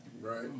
Right